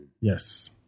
Yes